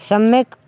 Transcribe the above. सम्यक्